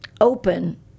open